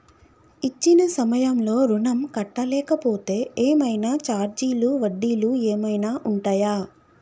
ఇచ్చిన సమయంలో ఋణం కట్టలేకపోతే ఏమైనా ఛార్జీలు వడ్డీలు ఏమైనా ఉంటయా?